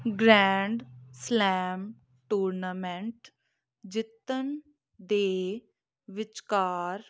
grand slam tournament ਜਿੱਤਣ ਦੇ ਵਿਚਕਾਰ